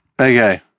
Okay